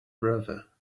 brother